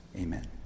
amen